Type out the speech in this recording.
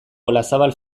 olazabal